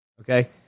Okay